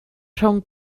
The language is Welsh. rhwng